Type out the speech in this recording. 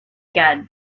gad